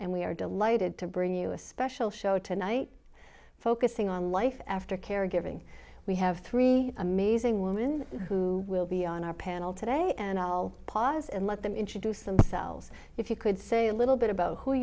and we are delighted to bring you a special show tonight focusing on life after caregiving we have three amazing woman who will be on our panel today and i'll pause and let them introduce themselves if you could say a little bit about who